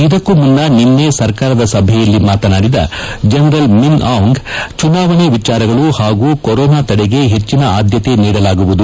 ಇದಕ್ಕೂ ಮುನ್ನ ನಿನ್ನೆ ಸರ್ಕಾರದ ಸಭೆಯಲ್ಲಿ ಮಾತನಾಡಿದ ಜನರಲ್ ಮಿನ್ ಔಂಗ್ ಚುನಾವಣೆ ವಿಚಾರಗಳು ಹಾಗೂ ಕೊರೊನಾ ತಡೆಗೆ ಹೆಚ್ಚಿನ ಆದ್ಯತೆ ನೀಡಲಾಗುವುದು